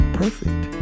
perfect